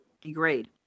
degrade